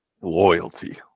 Loyalty